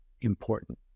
important